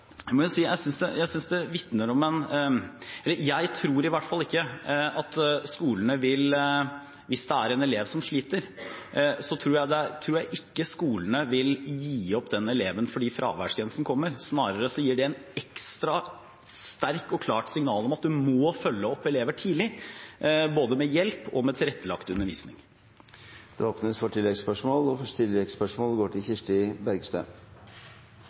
jeg tror i hvert fall ikke at skolene, hvis det er en elev som sliter, vil gi opp den eleven fordi fraværsgrensen kommer. Snarere gir det et ekstra sterkt og klart signal om at en må følge opp elever tidlig, både med hjelp og med tilrettelagt undervisning. Det blir oppfølgingsspørsmål – først Kirsti Bergstø.